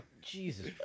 Jesus